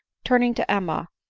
turning to emma,